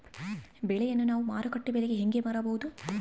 ಬೆಳೆಯನ್ನ ನಾವು ಮಾರುಕಟ್ಟೆ ಬೆಲೆಗೆ ಹೆಂಗೆ ಮಾರಬಹುದು?